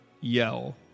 yell